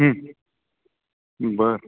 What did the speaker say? बरं